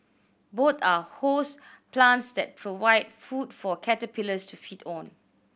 both are host plants that provide food for caterpillars to feed on